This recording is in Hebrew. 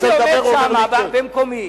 הייתי עומד שם במקומי,